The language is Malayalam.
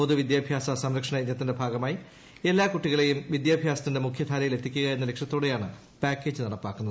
പൊതുവിദ്യാഭ്യാസ സംരക്ഷണ യജ്ഞത്തിന്റെ ഭാഗമായി എല്ലാ കുട്ടികളെയും വിദ്യാഭ്യാസത്തിന്റെ മുഖ്യധാരയിൽ എത്തിക്കുക എന്ന ലക്ഷ്യത്തോടെയാണ് പാക്കേജ് നടപ്പാക്കുന്നത്